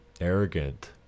arrogant